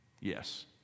Yes